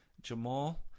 Jamal